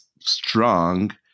strong